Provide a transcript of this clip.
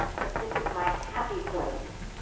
but this is my happy place.